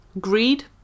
greed